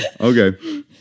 Okay